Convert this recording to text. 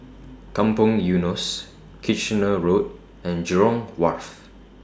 Kampong Eunos Kitchener Road and Jurong Wharf